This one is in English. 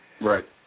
Right